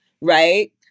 right